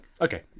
Okay